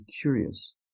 curious